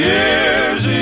Year's